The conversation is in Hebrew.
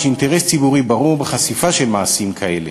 יש אינטרס ציבורי ברור בחשיפה של מעשים כאלה.